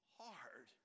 hard